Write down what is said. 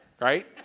right